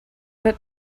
but